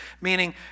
meaning